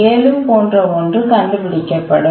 7 போன்ற ஒன்று கண்டுபிடிக்கப்படும்